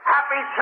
Happy